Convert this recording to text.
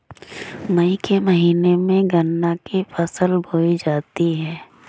मई के महीने में गन्ना की फसल बोई जाती है